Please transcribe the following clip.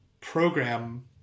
program